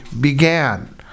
began